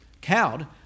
Cowed